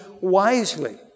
wisely